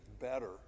better